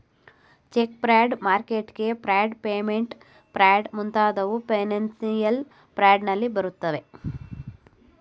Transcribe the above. check fraud, marketing fraud, payment fraud ಮುಂತಾದವು financial fraud ನಲ್ಲಿ ಬರುತ್ತವೆ